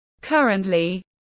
Currently